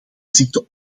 ziekte